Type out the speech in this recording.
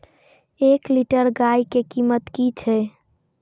एक लीटर गाय के कीमत कि छै?